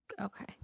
Okay